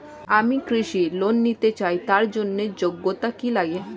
আমি কৃষি ঋণ নিতে চাই তার জন্য যোগ্যতা কি লাগে?